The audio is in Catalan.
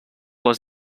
les